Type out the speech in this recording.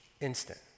instant